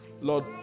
Lord